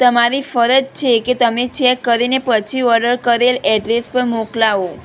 તમારી ફરજ છે કે તમે ચેક કરીને પછી ઓડર કરેલ એડ્રેસ પર મોકલાવો